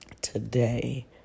Today